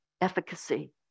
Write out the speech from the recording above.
efficacy